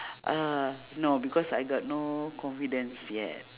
uh no because I got no confidence yet